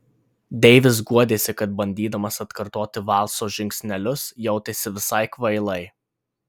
deivis guodėsi kad bandydamas atkartoti valso žingsnelius jautėsi visai kvailai